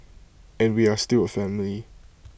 and we are still A family